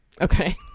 Okay